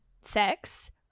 sex